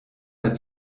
der